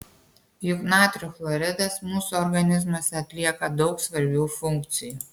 juk natrio chloridas mūsų organizmuose atlieka daug svarbių funkcijų